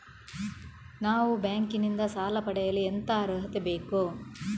ನಾವು ಬ್ಯಾಂಕ್ ನಿಂದ ಸಾಲ ಪಡೆಯಲು ಎಂತ ಅರ್ಹತೆ ಬೇಕು?